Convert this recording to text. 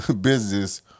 business